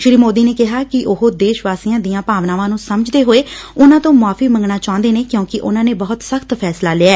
ਸ਼੍ਰੀ ਮੋਦੀ ਨੇ ਕਿਹਾ ਕਿ ਉਹ ਦੇਸ਼ ਵਾਸੀਆਂ ਦੀਆਂ ਭਾਵਨਾਵਾਂ ਨੂੰ ਸਮਝਦੇ ਹੋਏ ਉਨੂਾਂ ਤੋਂ ਮੁਆਫੀ ਮੰਗਣਾ ਚਾਹੁੰਦੇ ਨੇ ਕਿਉਂਕਿ ਉਨੂਾਂ ਨੇ ਬਹੁਤ ਸਖਤ ਫੈਸਲਾ ਲਿਐ